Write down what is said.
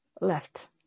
left